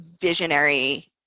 visionary